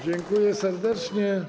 Dziękuję serdecznie.